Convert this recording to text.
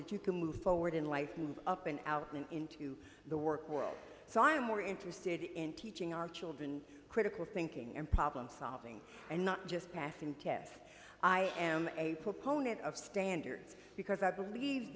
that you can move forward in life move up and out into the work world so i'm more interested in teaching our children critical thinking and problem solving and not just passing tests i am a proponent of standards because i believe